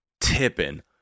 tipping